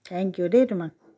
thank you দেই তোমাক